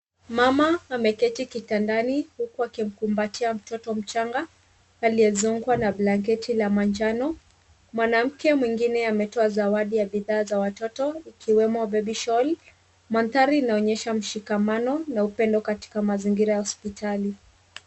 Mama ameketi kitandani huku akimkumbatia mtoto mchanga aliyezungukwa na blanketi ya manjano. Mwanamke mwingine ametoa zawadi ya bidhaa za watoto ikiwemo baby shawl . Mandhari inaonyesha mshikamano na upendo katika mazingira ya hospitali.